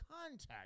contact